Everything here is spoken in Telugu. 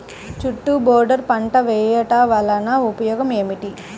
చుట్టూ బోర్డర్ పంట వేయుట వలన ఉపయోగం ఏమిటి?